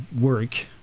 work